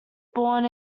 born